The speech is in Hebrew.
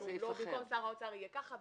במקום שר האוצר יהיה ככה,